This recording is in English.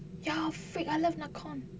ya freak I love nakhon